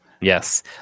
Yes